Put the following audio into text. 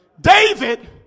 David